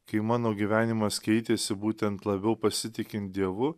kai mano gyvenimas keitėsi būtent labiau pasitikint dievu